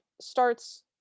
starts